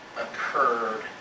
occurred